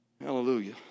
Hallelujah